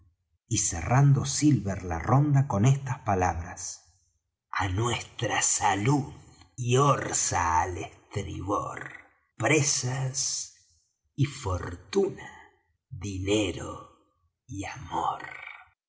y cerrando silver la ronda con estas palabras a nuestra salud y orza al estribor presas y fortuna dinero y amor